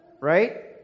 Right